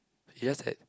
yes is it